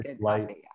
light